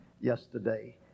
yesterday